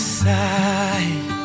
side